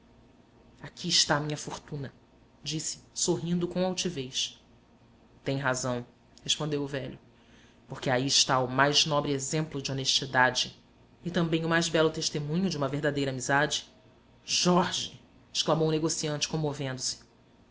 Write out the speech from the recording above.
aqui está a minha fortuna disse sorrindo com altivez tem razão respondeu o velho porque aí está o mais nobre exemplo de honestidade e também o mais belo testemunho de uma verdadeira amizade jorge exclamou o negociante